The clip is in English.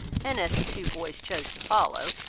and as the two boys chose to follow,